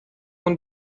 مون